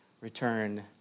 return